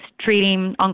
treating